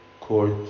court